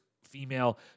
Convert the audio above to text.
female